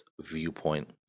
viewpoint